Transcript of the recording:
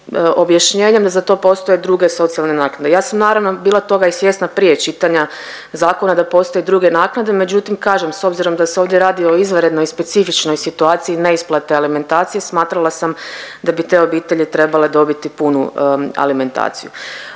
da za to postoje druge socijalne naknade. Ja sam naravno bila toga i svjesna prije čitanja zakona da postoje druge naknade, međutim kažem s obzirom da se ovdje radi o izvanrednoj i specifičnoj situaciji neisplate alimentacije smatrala sam da bi te obitelji trebale dobiti punu alimentaciju.